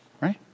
right